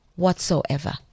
Whatsoever